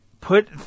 put